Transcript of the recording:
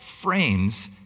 frames